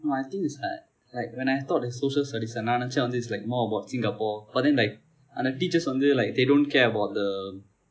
no I think is like like when I thought of social studies நான் நினைத்தேன் வந்து:naan ninaiththeen vandthu it's like more about Singapore but then like அந்த:andtha teachers வந்து:vanthu like they don't care about the um